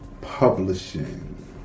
Publishing